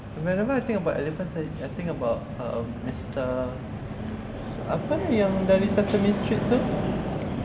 whenever I think about elephants I think about ah mister apa eh yang dari sesame street tu